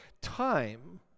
time